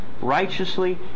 righteously